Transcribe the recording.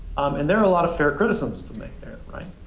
and there are a lot of fair criticisms to make there, right?